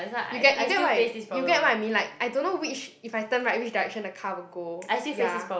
you get you get what I you get what I mean like I don't know which if I turn right which direction the car will go ya